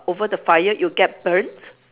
over the fire you'll get burnt